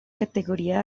categoría